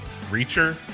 Reacher